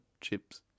chips